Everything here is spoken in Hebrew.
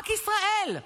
רק ישראל.